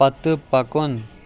پتہٕ پکُن